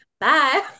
Bye